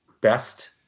best